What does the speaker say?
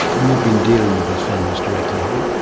and you've been dealing with these families directly, have you?